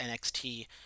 NXT